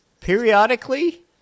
Periodically